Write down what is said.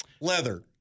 leather